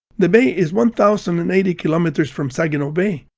the bay is one thousand and eighty kilometers from saginaw bay,